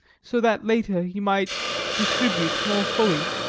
so that later he might distribute more fully.